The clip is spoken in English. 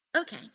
Okay